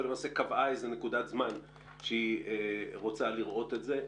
ולמעשה קבעה נקודת זמן שהיא רוצה לראות את זה.